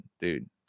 dude